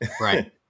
Right